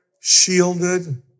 shielded